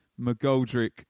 McGoldrick